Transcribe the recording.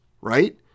right